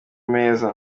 meza